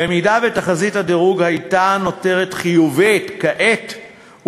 במידה שתחזית הדירוג הייתה נותרת חיובית כעת,